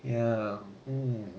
ya um